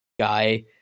Guy